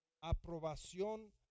aprobación